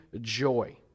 joy